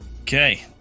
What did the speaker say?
Okay